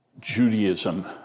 Judaism